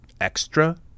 extra